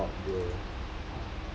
he buy a lot bro